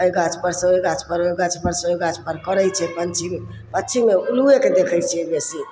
अइ गाछपर सँ ओइ गाछपर ओइ गाछपर सँ ओइ गाछपर करय छै पक्षी पक्षी उल्लूएके देखय छियै बेसी